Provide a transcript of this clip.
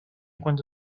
cuando